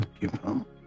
people